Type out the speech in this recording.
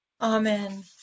Amen